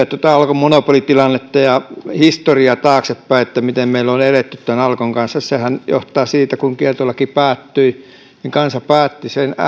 tätä alkon monopolitilannetta ja historiaa taaksepäin miten meillä on eletty tämän alkon kanssa sehän johtaa siitä että kun kieltolaki päättyi niin kansa päätti